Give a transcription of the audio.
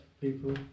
people